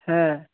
হ্যাঁ